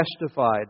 testified